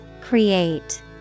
Create